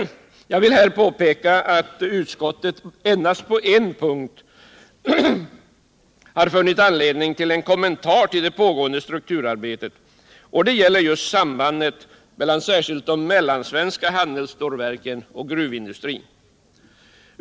Jag vill här påpeka att utskottet endast på en punkt har funnit anledning göra en kommentar till det pågående strukturarbetet. Det gäller just sambandet mellan särskilt de mellansvenska handelsstålverken och gruvindustrin.